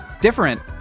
different